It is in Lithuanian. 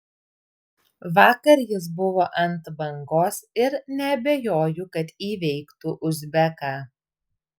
vakar jis buvo ant bangos ir neabejoju kad įveiktų uzbeką